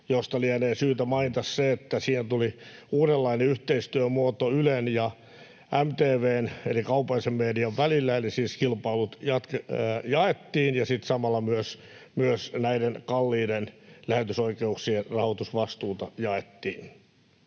joista lienee syytä mainita se, että siihen tuli uudenlainen yhteistyömuoto Ylen ja MTV:n eli kaupallisen median välillä, eli siis kilpailut jaettiin ja sitten samalla myös näiden kalliiden lähetysoikeuksien rahoitusvastuuta jaettiin.